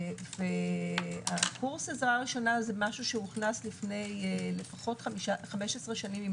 קורס עזרה ראשונה הוכנס לפני לפחות 15 שנה.